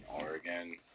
Oregon